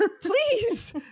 please